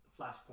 Flashpoint